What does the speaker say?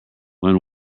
when